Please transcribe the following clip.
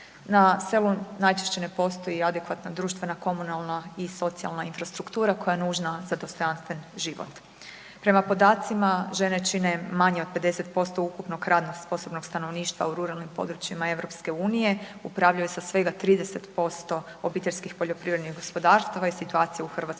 Na selu najčešće ne postoji adekvatna društvena komunalna i socijalna infrastruktura koja je nužna za dostojanstven život. Prema podacima, žene čine manje od 50% ukupno radnog sposobnog stanovništva u ruralnim područjima EU-a, upravljaju sa svega 30% OPG-ova i situacija u Hrvatskoj